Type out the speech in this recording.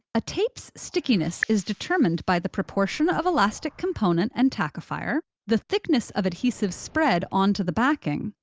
a tape's stickiness is determined by the proportion of elastic component and tackifier, the thickness of adhesive spread onto the backing,